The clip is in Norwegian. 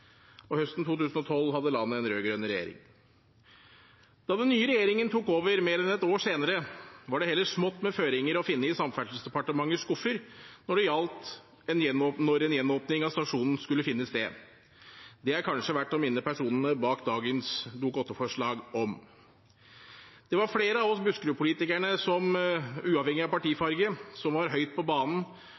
Og høsten 2012 hadde landet en rød-grønn regjering. Da den nye regjeringen tok over mer enn ett år senere, var det heller smått med føringer å finne i Samferdselsdepartementets skuffer for når en gjenåpning av stasjonen skulle finne sted. Det er det kanskje verdt å minne personene bak dagens Dokument 8-forslag om. Det var flere av oss Buskerud-politikere – uavhengig av partifarge – som var høyt på banen